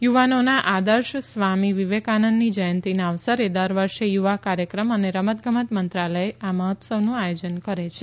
યુવાનોના આદર્શ સ્વામી વિવેકાનંદની જયંતીના અવસરે દર વર્ષે યુવા કાર્યક્રમ અને રમત ગમત મંત્રાલયના આ મહોત્સવનું આયોજન કરે છે